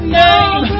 name